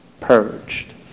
purged